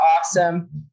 awesome